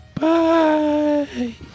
Bye